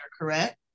correct